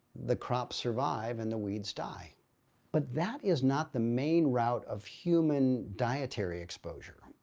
the crops survive and the weeds die but that is not the main route of human dietary exposure.